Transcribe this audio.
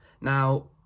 now